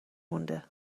مونده